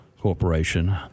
Corporation